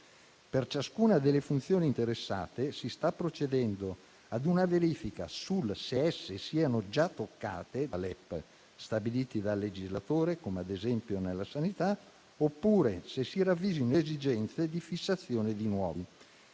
Per ciascuna delle funzioni interessate si sta procedendo a verificare se esse siano già toccate da LEP stabiliti dal legislatore, come ad esempio nella sanità, oppure se si ravvisi l'esigenza di fissazione di nuovi.